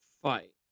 fight